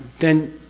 then,